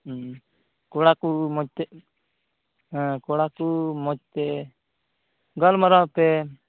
ᱠᱚᱲᱟ ᱠᱚ ᱢᱚᱡᱽ ᱛᱮ ᱦᱮᱸ ᱠᱚᱲᱟ ᱠᱚ ᱢᱚᱡᱽ ᱛᱮ ᱜᱟᱞᱢᱟᱨᱟᱣ ᱯᱮ